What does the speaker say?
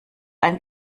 ein